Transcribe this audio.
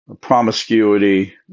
promiscuity